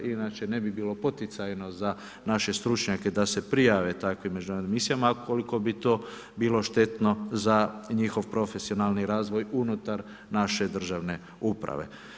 Inače ne bi bilo poticajno za naše stručnjake da se prijave takvim međunarodnim misijama, a ukoliko bi to bilo štetno za njihov profesionalni razvoj unutar naše državne uprave.